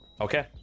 Okay